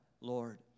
Lord